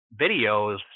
videos